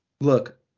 Look